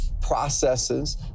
processes